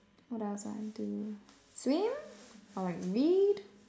what else ah I do swim or like read